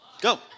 Go